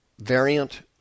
variant